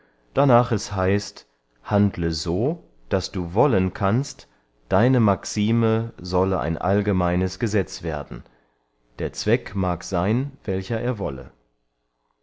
darnach es heißt handle so daß du wollen kannst deine maxime solle ein allgemeines gesetz werden der zweck mag seyn welcher er wolle